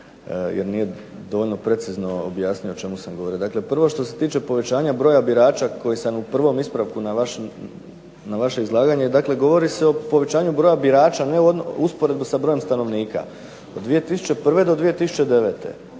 jer nije dovoljno precizno objasnio o čemu sam govorio. Dakle, prvo što se tiče povećanja broja birača koje sam u prvom ispravku na vaše izlaganje, dakle govori se o povećanju broja birača, ne u usporedbi s brojem stanovnika. Od 2001. do 2009.